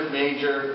major